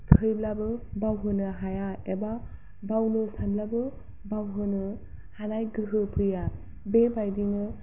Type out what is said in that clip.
थैब्लाबो बावहोनो हाया एबा बावनो सानब्लाबो बावहोनो हानाय गोहो फैया बेबायदिनो